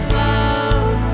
love